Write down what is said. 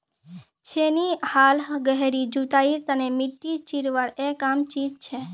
छेनी हाल गहरी जुताईर तने मिट्टी चीरवार एक आम चीज छे